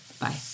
Bye